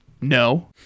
No